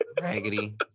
Raggedy